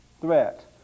threat